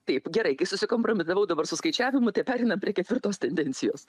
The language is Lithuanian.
taip gerai gi susikompromitavau dabar su skaičiavimu tai pereinam prie ketvirtos tendencijos